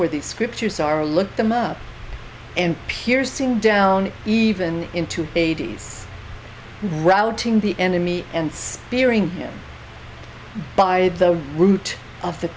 where the scriptures are look them up and piercing down even into eighty's routing the enemy and steering him by the root of the